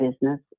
business